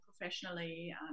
professionally